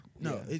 No